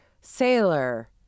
sailor